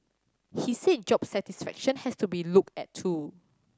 he said job satisfaction has to be looked at too